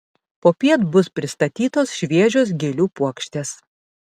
popiet bus pristatytos šviežios gėlių puokštės